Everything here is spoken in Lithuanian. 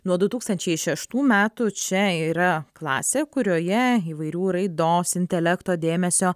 nuo du tūkstančiai šeštų metų čia yra klasė kurioje įvairių raidos intelekto dėmesio